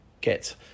get